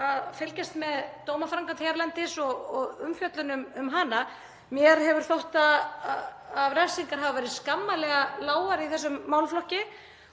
hef fylgst með dómaframkvæmd hérlendis og umfjöllun um hana. Mér hefur þótt refsingar hafa verið skammarlega lágar í þessum málaflokki